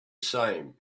same